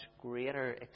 greater